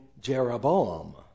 Jeroboam